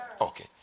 Okay